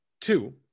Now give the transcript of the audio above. two